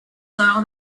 soil